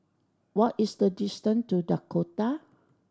what is the distance to Dakota